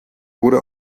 wurde